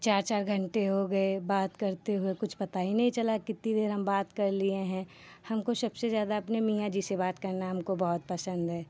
चार चार घन्टे हो गए बात करते हुए कुछ पता ही नहीं चला कितनी देर हम बात कर लिए हैं हमको सबसे ज़्यादा अपने मियाँ जी से बात करना हमको बहुत पसन्द है